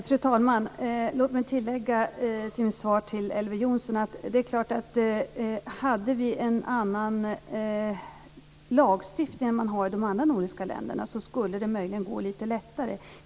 Fru talman! Låt mig tillägga en sak till mitt svar till Elver Jonsson. Det är klart att om vi hade en annan lagstiftning än man har i de andra nordiska länderna skulle det möjligen gå lite lättare.